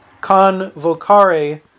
Convocare